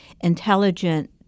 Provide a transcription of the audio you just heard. Intelligent